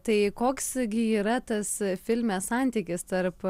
tai koks gi yra tas filme santykis tarp